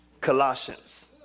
Colossians